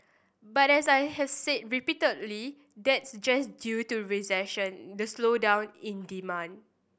but as I've said repeatedly that's just due to recession the slowdown in demand